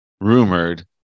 rumored